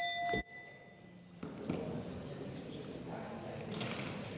Tak